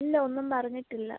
ഇല്ല ഒന്നും പറഞ്ഞിട്ടില്ല